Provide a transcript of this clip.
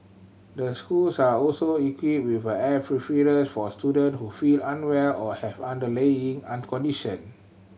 the schools are also equipped with air for student who feel unwell or have underlying condition